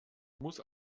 muss